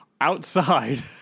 outside